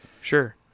Sure